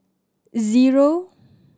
zero